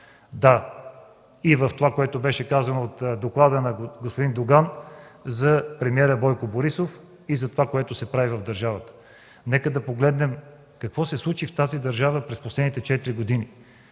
Да, и в това, което беше казано в доклада на господин Доган за премиера Бойко Борисов, и за това, което се прави в държавата. Нека да погледнем какво се случи в тази държава през последните четири